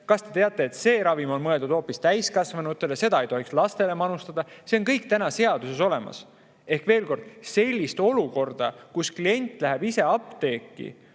Kas te teate, et see ravim on mõeldud hoopis täiskasvanutele, seda ei tohiks lastele manustada?" See on kõik seaduses olemas. Veel kord, ma väidan, et sellist olukorda, kus klient läheb ise apteeki,